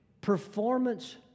performance